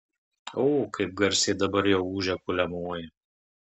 o kaip garsiai dabar jau ūžia kuliamoji